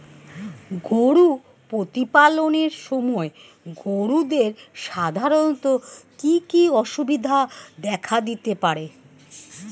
গরু প্রতিপালনের সময় গরুদের সাধারণত কি কি অসুবিধা দেখা দিতে পারে?